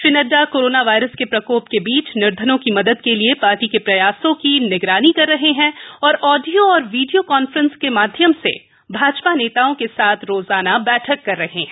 Shri Nadda corona virus के प्रकोप के बीच निर्धनों की मदद के लिए पार्टी के प्रयासों की निगरानी कर रहे हैं तथा ऑडियो और वीडियो कॉफ्रेंस के माध्यम से भाजपा नेताओं के साथ रोजाना बैठकें कर रहे हैं